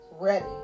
ready